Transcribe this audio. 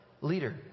leader